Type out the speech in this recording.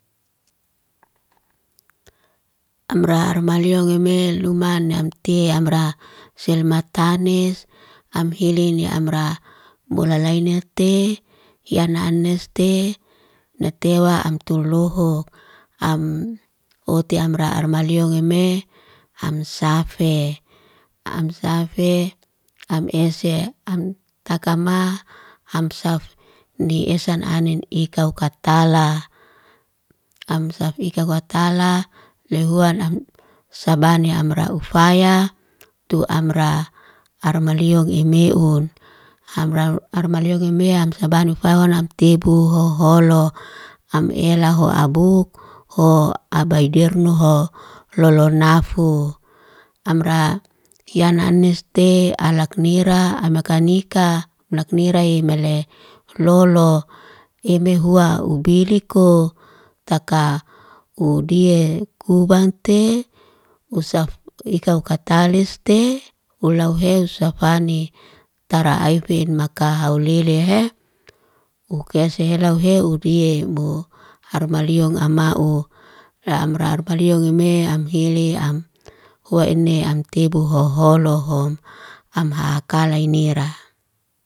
Amra rumaliong ime luman namtea amra, selmatanes am hili ni amra. Molalainite hi arna neste natewa amtuloho. Am ote amra rumaliong ime hamsafe. Hamsafe am ese, am takama, hamsaf ni esan anen ikau kartala. Am safi ikau kartala, lehuan am sabane amraufaya tu amra. Armaliong imeun ham rau armaliong imean sabani faunan amtebu hoholo. Am ela ho abuk'ho abaidernu ho lolonafu. Amra kiana an neste alak nira, amakanika nak nira'i mele lolo. Eme hua ubili'ko taka udie kubakte usaf ika kataleste ulau hes safani, tara aifin maka haulele he ukese helau he udie mbo. Harmaliong ama'u ra amra baliong'i me am hili am hua ene am tebu hoholohom am haakalainira.